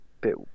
bit